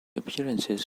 appearances